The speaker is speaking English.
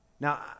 Now